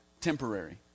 temporary